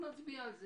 נצביע על זה.